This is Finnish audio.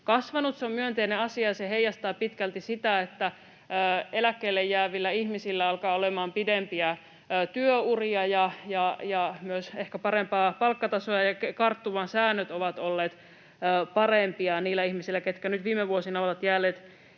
se on myönteinen asia. Se heijastaa pitkälti sitä, että eläkkeelle jäävillä ihmisillä alkaa olemaan pidempiä työuria ja myös ehkä parempaa palkkatasoa ja että karttumasäännöt ovat olleet parempia niillä ihmisillä, ketkä nyt viime vuosina ovat jääneet